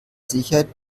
sicherheit